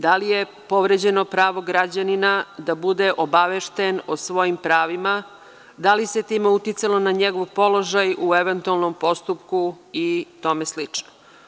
Da li je povređeno pravo građanina da bude obavešten o svojim pravima, da li se time uticalo na njegov položaj u eventualnompostupku i tome slično?